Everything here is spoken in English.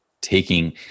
taking